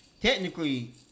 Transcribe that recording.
technically